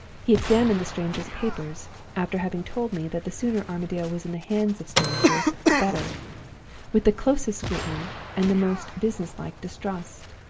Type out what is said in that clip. he examined the stranger's papers after having told me that the sooner armadale was in the hands of strangers the better with the closest scrutiny and the most business-like distrust.